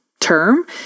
Term